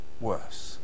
worse